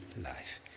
life